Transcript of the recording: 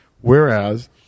whereas